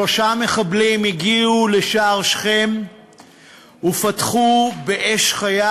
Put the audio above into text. שלושה מחבלים הגיעו לשער שכם ופתחו באש חיה